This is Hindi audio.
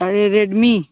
अरे रेडमी